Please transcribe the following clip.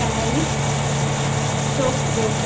Paris Tokyo